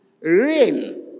Rain